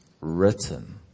written